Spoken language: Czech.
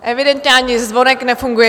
Evidentně ani zvonek nefunguje.